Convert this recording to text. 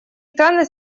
страны